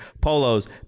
Polos